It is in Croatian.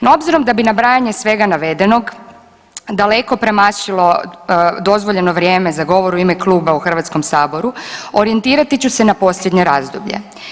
No, obzirom da bi nabrajanje svega navedenog daleko premašilo dozvoljeno vrijeme za govor u ime kluba u Hrvatskom saboru orijentirati ću se na posljednje razdoblje.